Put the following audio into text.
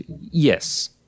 Yes